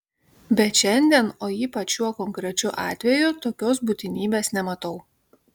bet šiandien o ypač šiuo konkrečiu atveju tokios būtinybės nematau